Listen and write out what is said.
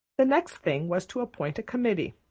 the next thing was to appoint a committee,